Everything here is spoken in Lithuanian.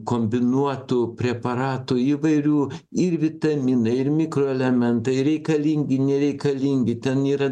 kombinuotų preparatų įvairių ir vitaminai ir mikroelementai ir reikalingi nereikalingi ten yra